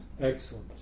excellent